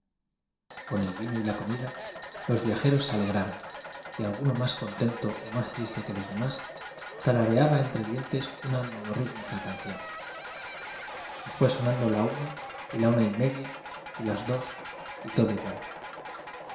con el vino y la comida los viajeros se alegraron y alguno más contento o más triste que los demás tarareaba entre dien tes una monoríímica canción y fué sonando la una y la una y media y las dos y todo igual